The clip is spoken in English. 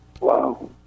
Wow